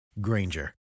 Granger